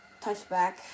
Touchback